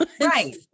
right